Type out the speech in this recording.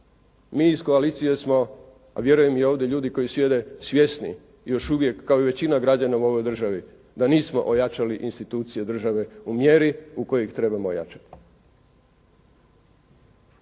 Mi iz koalicije smo, a vjerujem i ovdje ljudi koji sjede, svjesni još uvijek kao i većina građana u ovoj državi da nismo ojačali institucije države u mjeri u kojoj ih trebamo jačati.